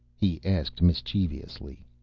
he asked mischievously.